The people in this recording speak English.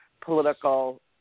political –